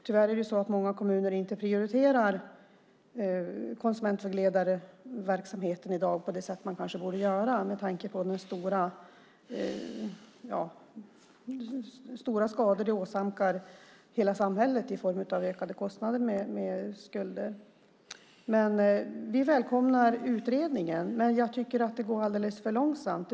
Tyvärr är det många kommuner som inte prioriterar konsumentvägledarverksamheten i dag på det sätt som de borde göra med tanke på hur stora skador hela samhället åsamkas i form av ökade kostnader för skulder. Vi välkomnar utredningen. Men jag tycker att det går alldeles för långsamt.